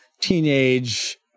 teenage